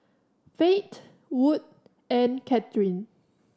Fate Wood and Katherine